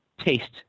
taste